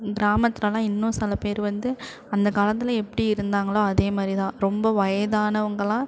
கிராமத்திலலாம் இன்னும் சிலபேர் வந்து அந்த காலத்தில் எப்படி இருந்தாங்களோ அதேமாதிரிதான் ரொம்ப வயதானவங்களாம்